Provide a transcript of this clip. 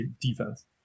defense